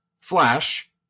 Flash